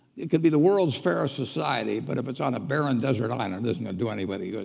it could be the world's fairest society, but if it's on a barren desert island, it isn't gonna do anybody good.